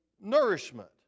nourishment